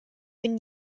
been